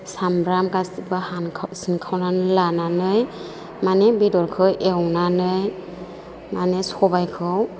सामब्राम गासैबो हाखाव सिनखावनानै लानानै माने बेदरखौ एवनानै माने सबायखौ